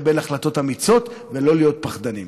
לקבל החלטות אמיצות ולא להיות פחדנים.